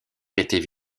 étaient